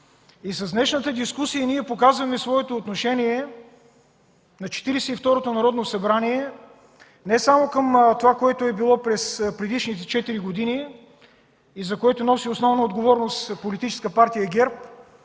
С днешната дискусия ние показваме своето отношение на Четиридесет и второто Народно събрание не само към това, което е било през предишните четири години и за което носи основна отговорност Политическа Партия ГЕРБ